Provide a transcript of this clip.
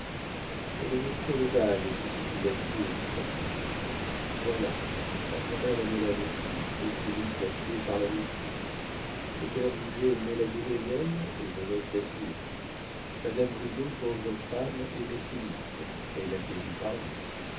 elle aimait trop le bal et c'est ce qui l'a tuée a dit hugo voilà ma grand'mère aimait la loterie et philippe l'a tuée par la loterie le père rouget aimait la gaudriole et lolotte l'a tué madame bridau pauvre femme aimait philippe elle a péri par lui